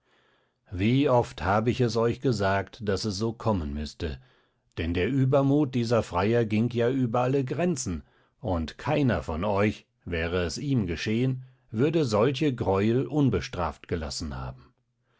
wie oft habe ich es euch gesagt daß es so kommen müßte denn der übermut dieser freier ging ja über alle grenzen und keiner von euch wäre es ihm geschehen würde solche greuel unbestraft gelassen haben